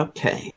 Okay